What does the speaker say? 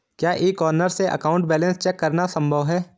क्या e corner से account balance check करना संभव है?